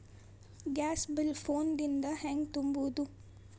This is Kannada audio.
ಗ್ಯಾಸ್ ಬಿಲ್ ಫೋನ್ ದಿಂದ ಹ್ಯಾಂಗ ತುಂಬುವುದು?